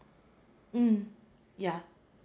mm yeah